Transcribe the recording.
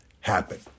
happen